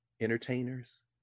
entertainers